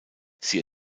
sie